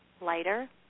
lighter